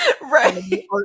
Right